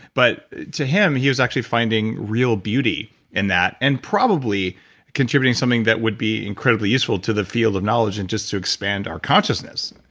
but to him, he was actually finding real beauty in that and probably contributing something that would be incredibly useful to the field of knowledge and just to expand our consciousness.